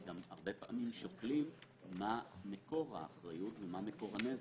הרבה פעמים שוקלים מה מקור האחריות ומה מקור הנזק.